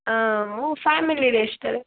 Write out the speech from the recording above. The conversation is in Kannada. ಹಾಂ ಮೂ ಫ್ಯಾಮಿಲಿ ರೆಸ್ಟೋರೆಂಟ್